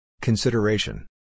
Consideration